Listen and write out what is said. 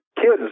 Kids